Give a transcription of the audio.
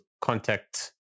contact